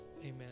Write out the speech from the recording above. amen